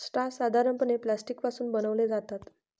straw साधारणपणे plastic पासून बनवले जातात